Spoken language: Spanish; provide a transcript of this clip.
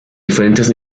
diferentes